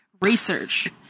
research